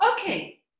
Okay